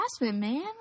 man